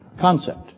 concept